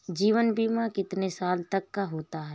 जीवन बीमा कितने साल तक का होता है?